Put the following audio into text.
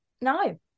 No